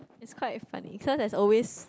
it's quite funny cause there's always